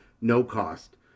no-cost